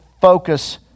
focus